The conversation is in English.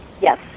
yes